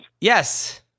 Yes